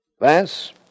Vance